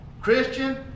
Christian